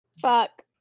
Fuck